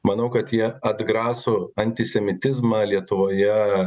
manau kad jie atgrasų antisemitizmą lietuvoje